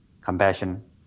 compassion